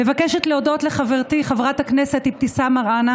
אני מבקשת להודות לחברתי חברת הכנסת אבתיסאם מראענה